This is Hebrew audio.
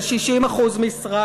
על 60% משרה,